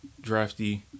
drafty